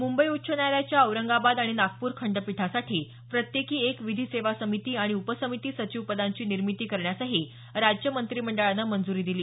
मुंबई उच्च न्यायालयाच्या औरंगाबाद आणि नागपूर खंडपीठासाठी प्रत्येकी एक विधी सेवा समिती आणि उप समिती सचिव पदांची निर्मिती करण्यासही राज्य मंत्रिमंडळानं मंजुरी दिली